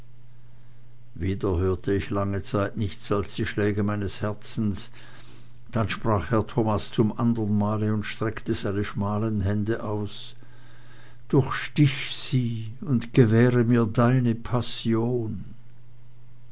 wieder hörte ich lange zeit nichts als die schläge meines herzens dann sprach herr thomas zum andern male und streckte seine schmalen hände aus durchstich sie und gewahre mir deine passion